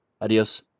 Adios